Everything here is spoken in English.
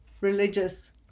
religious